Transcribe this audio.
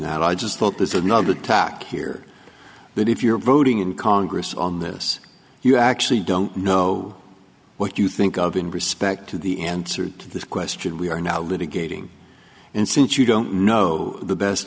that i just thought this would not attack here but if you're voting in congress on this you actually don't know what you think of in respect to the answer to this question we are now litigating and since you don't know the best